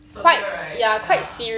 severe right ya